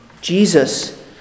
Jesus